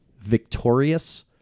Victorious